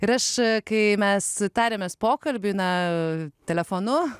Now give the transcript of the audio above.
ir aš kai mes tarėmės pokalbį na telefonu